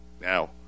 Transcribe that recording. Now